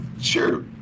sure